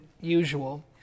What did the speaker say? usual